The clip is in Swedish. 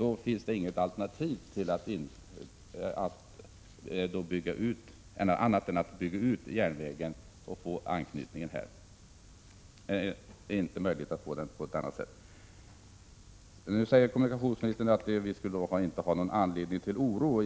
återstår ingenting annat än att bygga ut järnvägen för att på det sättet få en anknytning. Det är inte möjligt att åstadkomma någonting sådant på annat sätt. Nu säger kommunikationsministern att vi inte har någon anledning att känna oro.